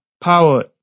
power